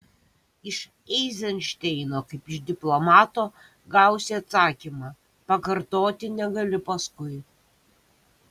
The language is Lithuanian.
iš eizenšteino kaip iš diplomato gausi atsakymą pakartoti negali paskui